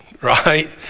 right